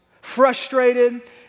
frustrated